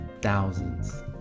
thousands